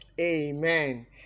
amen